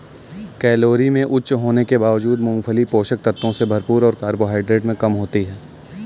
calorie में उच्च होने के बावजूद, मूंगफली पोषक तत्वों से भरपूर और कार्बोहाइड्रेट में कम होती है